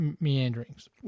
meanderings